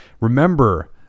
remember